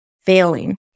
failing